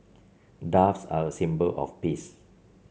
doves are a symbol of peace